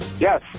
Yes